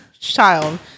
child